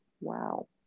Wow